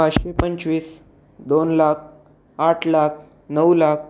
पाचशे पंचवीस दोन लाख आठ लाख नऊ लाख